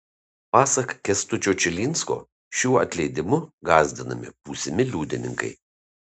pasak kęstučio čilinsko šiuo atleidimu gąsdinami būsimi liudininkai